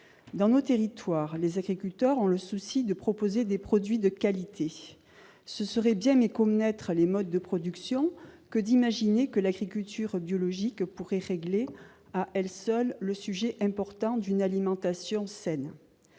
Dans nos territoires, les agriculteurs ont le souci de proposer des produits de qualité. Ce serait bien méconnaître les modes de production que d'imaginer que l'agriculture biologique pourrait permettre à elle seule de régler la question importante de l'accès à une alimentation saine.